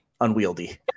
unwieldy